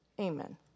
Amen